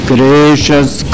Gracious